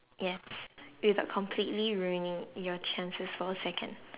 yes without completely ruining your chances for a second